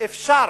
אפשר